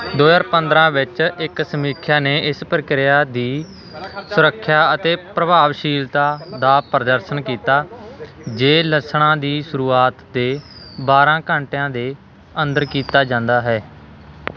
ਦੋ ਹਜ਼ਾਰ ਪੰਦਰ੍ਹਾਂ ਵਿੱਚ ਇੱਕ ਸਮੀਖਿਆ ਨੇ ਇਸ ਪ੍ਰਕਿਰਿਆ ਦੀ ਸੁਰੱਖਿਆ ਅਤੇ ਪ੍ਰਭਾਵਸ਼ੀਲਤਾ ਦਾ ਪ੍ਰਦਰਸ਼ਨ ਕੀਤਾ ਜੇ ਲੱਛਣਾਂ ਦੀ ਸ਼ੁਰੂਆਤ ਦੇ ਬਾਰ੍ਹਾਂ ਘੰਟਿਆਂ ਦੇ ਅੰਦਰ ਕੀਤਾ ਜਾਂਦਾ ਹੈ